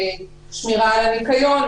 לשמירה על הניקיון,